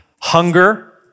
hunger